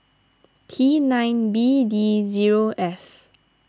T nine B D zero F